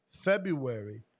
february